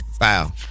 Wow